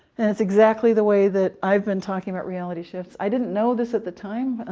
and it's exactly the way that i've been talking about reality shifts. i didn't know this at the time,